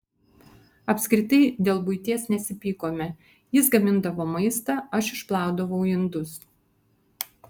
apskritai dėl buities nesipykome jis gamindavo maistą aš išplaudavau indus